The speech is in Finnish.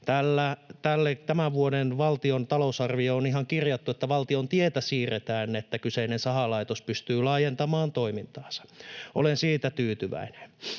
tämän vuoden valtion talousarvioon on ihan kirjattu, että valtion tietä siirretään, että kyseinen sahalaitos pystyy laajentamaan toimintaansa. Olen siitä tyytyväinen.